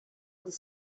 about